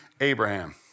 Abraham